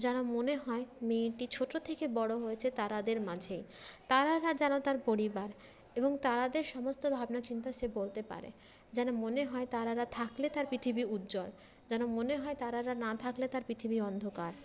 যেন মনে হয় মেয়েটি ছোটো থেকে বড়ো হয়েছে তারাদের মাঝেই তারারা যেন তার পরিবার এবং তারাদের সমস্ত ভাবনাচিন্তা সে বলতে পারে যেন মনে হয় তারারা থাকলে তার পৃ্থিবী উজ্জ্বল যেন মনে হয় তারারা না থাকলে তার পৃ্থিবী অন্ধকার